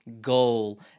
goal